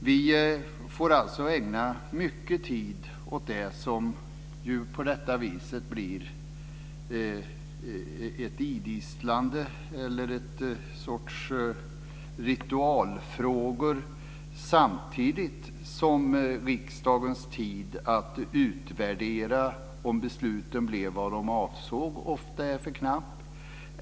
Vi får alltså ägna mycket tid åt det som på detta vis blir ett idisslande eller ett slags ritualfrågor. Samtidigt är riksdagens tid för att utvärdera om besluten blev det som avsågs alltför knapp.